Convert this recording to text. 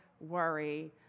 worry